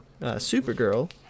Supergirl